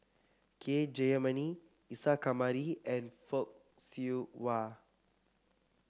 K Jayamani Isa Kamari and Fock Siew Wah